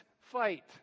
fight